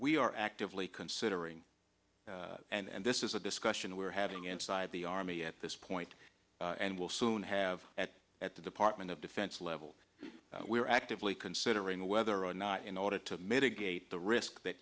we are actively considering and this is a discussion we're having inside the army at this point and will soon have at at the department of defense level we're actively considering whether or not in order to mitigate the risk that